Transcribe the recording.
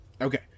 Okay